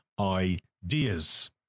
ideas